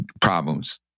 problems